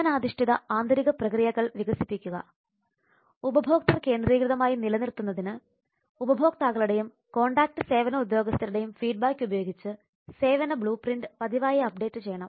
സേവനാധിഷ്ടിത ആന്തരിക പ്രക്രിയകൾ വികസിപ്പിക്കുക ഉപഭോക്ത കേന്ദ്രീകൃതമായി നിലനിർത്തുന്നതിന് ഉപഭോക്താക്കളുടെയും കോൺടാക്ട് സേവന ഉദ്യോഗസ്ഥരുടെയും ഫീഡ്ബാക്ക് ഉപയോഗിച്ച് സേവന ബ്ലൂ പ്രിൻറ് പതിവായി അപ്ഡേറ്റ് ചെയ്യണം